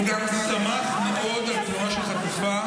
הוא גם תמך מאוד בתמונה של חטופה,